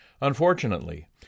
Unfortunately